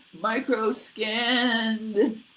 micro-scanned